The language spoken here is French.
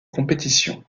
compétitions